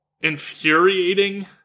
infuriating